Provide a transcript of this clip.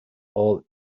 all